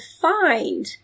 find